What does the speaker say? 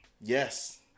Yes